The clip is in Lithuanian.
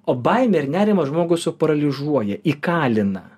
o baimė ir nerimas žmogų suparalyžiuoja įkalina